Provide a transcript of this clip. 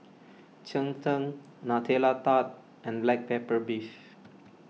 Cheng Tng Nutella Tart and Black Pepper Beef